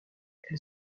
elle